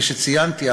כפי שציינתי,